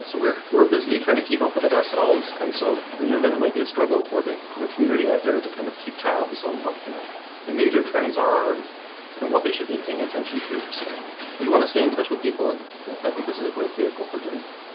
we're we're busily trying to keep up with it ourselves, and so we know that it might be a struggle for the the community out there to kind of keep tabs on what you know the major trends are and what they should be paying attention to. so we want to stay in touch with people and i think this is a great vehicle for that.